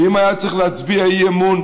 שאם היה צריך להצביע אי-אמון,